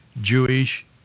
Jewish